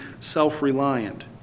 self-reliant